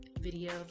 video